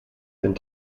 and